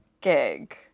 gig